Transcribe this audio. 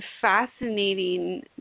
fascinating